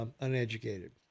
uneducated